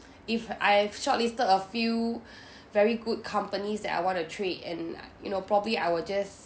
if I've shortlisted a few very good companies that I want to trade and I you know probably I will just